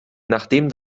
nachdem